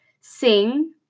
sing